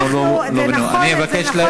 אני אבקש לסיים.